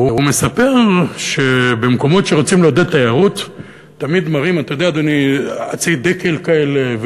הוא מספר שבמקומות שרוצים לעודד תיירות תמיד מראים עצי דקל כאלה,